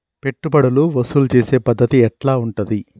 పెట్టుబడులు వసూలు చేసే పద్ధతి ఎట్లా ఉంటది?